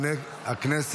בעד, 49 נגד.